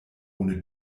ohne